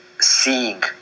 seeing